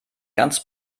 ganz